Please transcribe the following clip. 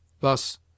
thus